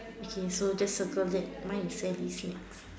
okay so just circle that mine is Sally's snacks